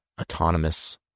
autonomous